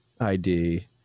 id